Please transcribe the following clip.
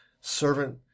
servant